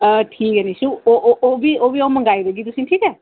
ठीक ऐ निशू ओह् ओह्बी ओह् बी अ'ऊं मंगोआई देगी तुसें ई ठीक ऐ